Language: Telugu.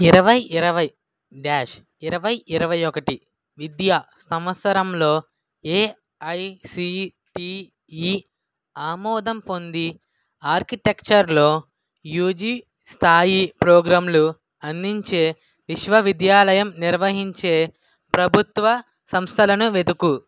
ఇరవై ఇరవై డ్యాష్ ఇరవై ఇరవై ఒకటి విద్యా సంవత్సరంలో ఏఐసిటిఈ ఆమోదం పొంది ఆర్కిటెక్చర్లో యూజీ స్థాయి ప్రోగ్రాంలు అందించే విశ్వవిద్యాలయం నిర్వహించే ప్రభుత్వ సంస్థలను వెతుకు